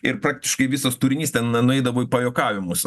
ir praktiškai visas turinys ten nueidavo į pajuokavimus